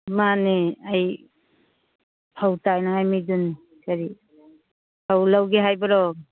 ꯃꯥꯟꯅꯦ ꯑꯩ ꯐꯧ ꯇꯥꯏꯅꯤꯡꯉꯥꯏ ꯃꯤꯗꯨꯅꯤ ꯀꯔꯤ ꯐꯧ ꯂꯧꯒꯦ ꯍꯥꯏꯕ꯭ꯔꯣ